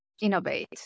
innovate